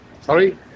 Sorry